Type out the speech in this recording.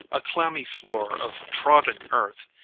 a clammy floor of trodden earth,